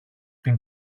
την